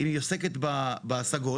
אם היא עוסקת בהשגות,